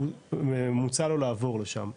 מוצע לו לעבור לשם,